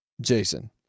Jason